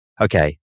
okay